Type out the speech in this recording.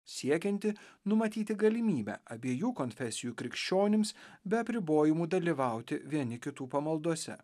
siekianti numatyti galimybę abiejų konfesijų krikščionims be apribojimų dalyvauti vieni kitų pamaldose